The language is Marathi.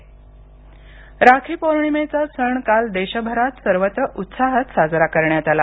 नारळी पौर्णिमा राखी पौर्णिमेचा सण काल देशभरात सर्वत्र उत्साहात साजरा करण्यात आला